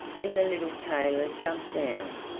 then the little tailor jumped down.